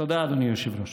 תודה, אדוני היושב-ראש.